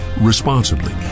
responsibly